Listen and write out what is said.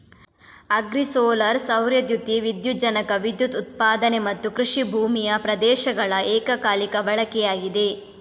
agri solar ಸೌರ ದ್ಯುತಿ ವಿದ್ಯುಜ್ಜನಕ ವಿದ್ಯುತ್ ಉತ್ಪಾದನೆ ಮತ್ತುಕೃಷಿ ಭೂಮಿಯ ಪ್ರದೇಶಗಳ ಏಕಕಾಲಿಕ ಬಳಕೆಯಾಗಿದೆ